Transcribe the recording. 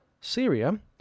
Syria